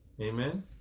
Amen